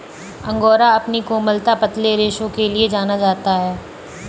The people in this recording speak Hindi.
अंगोरा अपनी कोमलता, पतले रेशों के लिए जाना जाता है